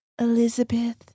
elizabeth